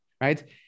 right